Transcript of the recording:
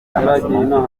amasomo